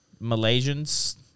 Malaysians